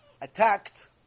attacked